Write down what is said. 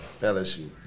LSU